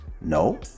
no